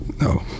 No